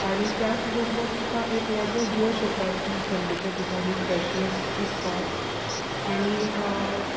आनी तेच बरोबर तुका एक वेगळो जोश येता थंडेच्या दिसांनी फ्रेशनस दिसता आनी